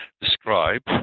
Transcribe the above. describe